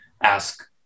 ask